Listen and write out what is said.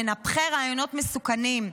מנפחי רעיונות מסוכנים.